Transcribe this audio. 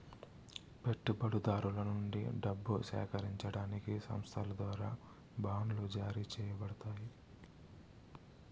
పెట్టుబడిదారుల నుండి డబ్బు సేకరించడానికి సంస్థల ద్వారా బాండ్లు జారీ చేయబడతాయి